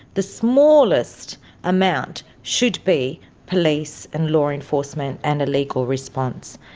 the smallest amount should be police and law enforcement and a legal response.